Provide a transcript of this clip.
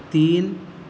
تین